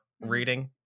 reading